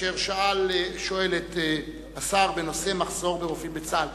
אשר שואל את השר בנושא מחסור ברופאים בצה"ל.